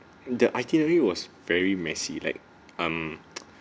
the itinerary was very messy like um